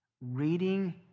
reading